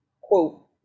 quote